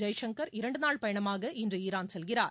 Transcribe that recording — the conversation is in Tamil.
ஜெய்சங்கர் இரண்டு நாள் பயணமாக இன்று ஈரான் செல்கிறார்